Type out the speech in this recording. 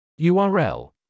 URL